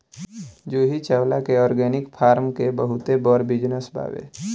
जूही चावला के organic farm के बहुते बड़ बिजनस बावे